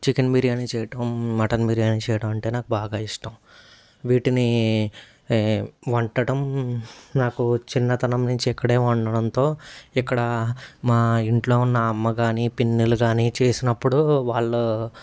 chicken biryani చేయటం mutton biryani చేయటం అంటే నాకు బాగా ఇష్టం వీటిని వండటం నాకు చిన్నతనం నుంచి ఇక్కడ ఉండడంతో ఇక్కడ మా ఇంట్లో ఉన్న అమ్మ కాని పిన్నులు కాని చేసినప్పుడు వాళ్ళ